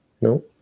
No